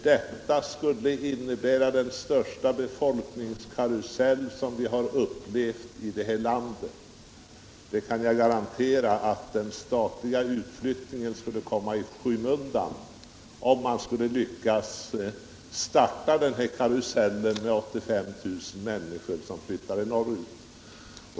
Detta skulle innebära den största befolkningskarusell som vi upplevt i det här landet. Jag kan garantera att den statliga utflyttningen skulle komma i skymundan om man lyckades starta denna karusell med 85 000 människor som flyttar norrut.